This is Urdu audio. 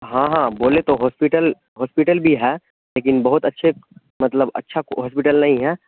ہاں ہاں بولے تو ہاسپیٹل ہاسپیٹل بھی ہے لیکن بہت اچھے مطلب اچھا ہاسپیٹل نہیں ہے